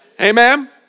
Amen